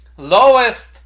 lowest